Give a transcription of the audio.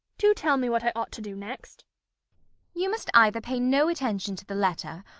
do tell me what i ought to do next you must either pay no attention to the letter,